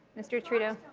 mr. trudeau?